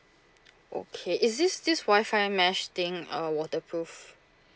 okay is this this wifi mesh thing uh waterproof